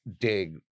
dig